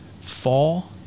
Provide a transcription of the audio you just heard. fall